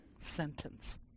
sentence